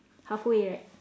halfway right